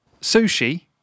sushi